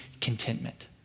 contentment